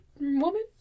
woman